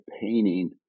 painting